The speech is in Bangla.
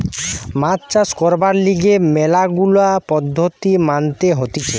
মাছ চাষ করবার লিগে ম্যালা গুলা পদ্ধতি মানতে হতিছে